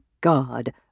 God